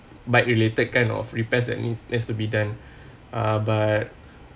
but related kind of repairs that needs needs to be done uh but